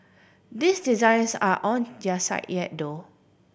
these designs are on their site yet though